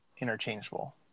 interchangeable